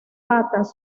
patas